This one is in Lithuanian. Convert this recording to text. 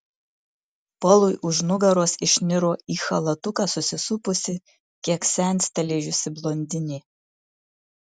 polui už nugaros išniro į chalatuką susisupusi kiek senstelėjusi blondinė